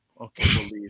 Okay